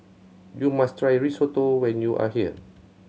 you must try Risotto when you are here